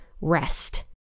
rest